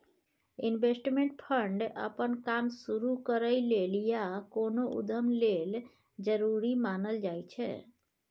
investment fund अप्पन काम शुरु करइ लेल या कोनो उद्यम लेल जरूरी मानल जाइ छै